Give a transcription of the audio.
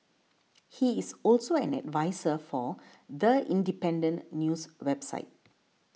he is also an adviser for The Independent news website